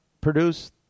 produce